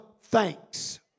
thanks